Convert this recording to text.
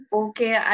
okay